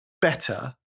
better